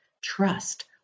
trust